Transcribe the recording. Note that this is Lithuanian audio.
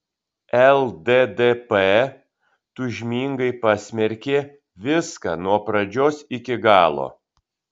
lddp tūžmingai pasmerkė viską nuo pradžios iki galo